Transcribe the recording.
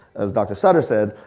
as dr. sutter said,